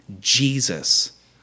Jesus